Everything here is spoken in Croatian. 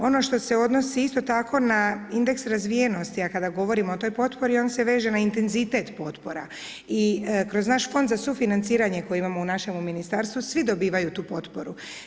Ono što se odnosi isto tako na indeks razvijenosti, a kada govorimo o toj potpori on se veže na intenzitet potpora i kroz naš Fond za sufinanciranje koji imamo u našemu ministarstvu svi dobivaju tu potporu.